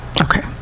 Okay